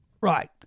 Right